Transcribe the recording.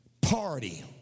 party